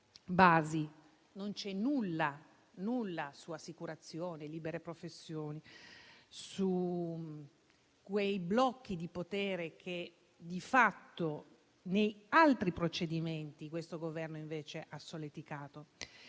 Non c'è nulla su assicurazioni o libere professioni, su quei blocchi di potere che di fatto in altri procedimenti questo Governo ha invece solleticato.